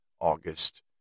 August